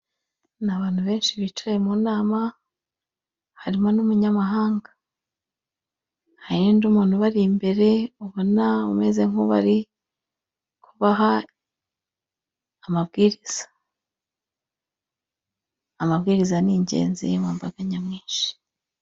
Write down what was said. Ni abantu benshi bicaye mu nama harimo n'umuyamahanga. Hari n'undi muntu ubari imbere ubona umeze nkuba ari kubaha amabwiriza. Amabwiriza ni ingenzi mu mbaga nyamwinshi